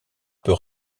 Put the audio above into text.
peut